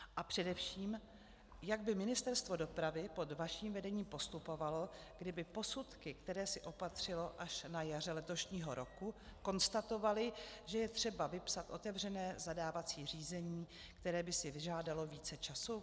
A především, jak by Ministerstvo dopravy pod vaším vedením postupovalo, kdyby posudky, které si opatřilo až na jaře letošního roku, konstatovaly, že je třeba vypsat otevřené zadávací řízení, které by si vyžádalo více času?